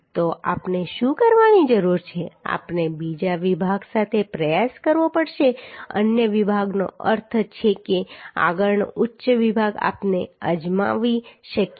તો આપણે શું કરવાની જરૂર છે આપણે બીજા વિભાગ સાથે પ્રયાસ કરવો પડશે અન્ય વિભાગનો અર્થ છે કે આગળનો ઉચ્ચ વિભાગ આપણે અજમાવી શકીએ